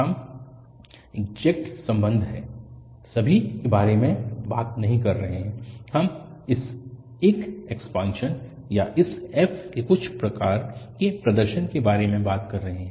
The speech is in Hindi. हम इग्ज़ैक्ट संबंध और सभी के बारे में बात नहीं कर रहे हैं हम इस एक एक्सपान्शन या इस f के कुछ प्रकार के प्रदर्शन के बारे में बात कर रहे हैं